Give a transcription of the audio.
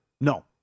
No